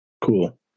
Cool